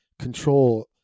control